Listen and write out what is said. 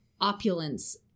opulence